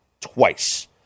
twice